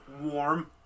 warm